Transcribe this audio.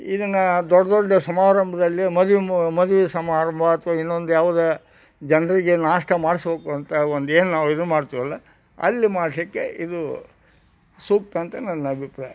ಇದನ್ನು ದೊಡ್ಡ ದೊಡ್ಡ ಸಮಾರಂಭದಲ್ಲಿ ಮದುವೆ ಮದುವೆ ಸಮಾರಂಭ ಅಥವಾ ಇನ್ನೊಂದು ಯಾವ್ದೇ ಜನರಿಗೆ ನಾಷ್ಟ ಮಾಡಿಸಬೇಕು ಅಂತ ಒಂದು ಏನು ನಾವು ಇದು ಮಾಡ್ತಿವಲ್ಲ ಅಲ್ಲಿ ಮಾಡಿಸ್ಲಿಕ್ಕೆ ಇದು ಸೂಕ್ತ ಅಂತ ನನ್ನ ಅಭಿಪ್ರಾಯ